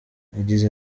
yagize